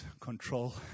control